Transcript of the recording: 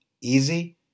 Easy